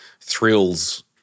Thrills